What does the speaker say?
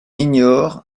ignore